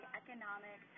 economic